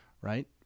right